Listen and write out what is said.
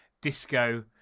disco